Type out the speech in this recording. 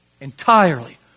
entirely